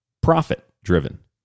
profit-driven